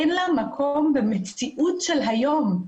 אין לה מקום במציאות של היום.